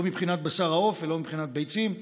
לא מבחינת בשר העוף ולא מבחינת ביצים,